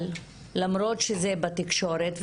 אבל למרות שזה בתקשורת,